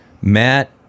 Matt